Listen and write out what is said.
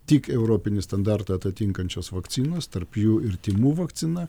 tik europinį standartą atitinkančios vakcinos tarp jų ir tymų vakcina